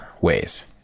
ways